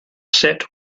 set